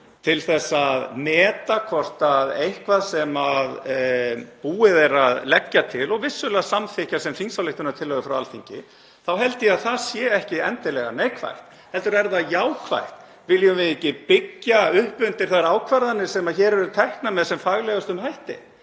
til þess að meta eitthvað sem búið er að leggja til, og vissulega samþykkja sem þingsályktunartillögu frá Alþingi, þá held ég að það sé ekki endilega neikvætt heldur er það jákvætt. Viljum við ekki byggja undir þær ákvarðanir sem hér eru teknar með sem faglegustum hætti?